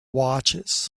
watches